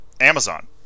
Amazon